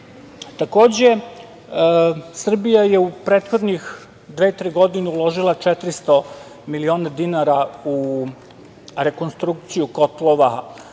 gasovod. Takođe, Srbije je u prethodnih dve, tri godine uložila 400 miliona dinara u rekonstrukciju kotlova